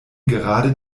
gerade